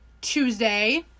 Tuesday